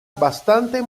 bastante